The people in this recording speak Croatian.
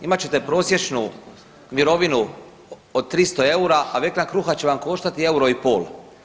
Imat ćete prosječnu mirovinu od 300 EUR-a, a vekna kruha će vam koštati euro i pol.